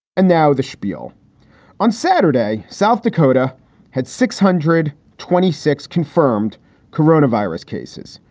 and now the spiel on saturday, south dakota had six hundred twenty six confirmed corona virus cases.